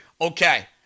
Okay